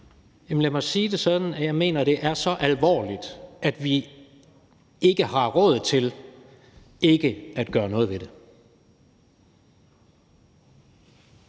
Lad mig sige det sådan, at jeg mener, at det er så alvorligt, at vi ikke har råd til ikke at gøre noget ved det.